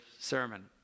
sermon